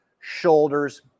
shoulders